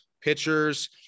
pitchers